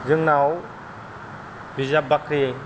जोंनाव बिजाब बाख्रि